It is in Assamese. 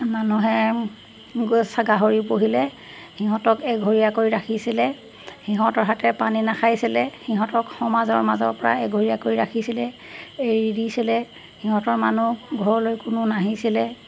মানুহে গৈ গাহৰি পুহিলে সিহঁতক এঘৰীয়া কৰি ৰাখিছিলে সিহঁতৰ হাতেৰে পানী নাখাইছিলে সিহঁতক সমাজৰ মাজৰপৰা এঘৰীয়া কৰি ৰাখিছিলে এৰি দিছিলে সিহঁতৰ মানুহ ঘৰলৈ কোনো নাহিছিলে